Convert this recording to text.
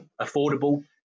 affordable